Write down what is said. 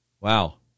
Wow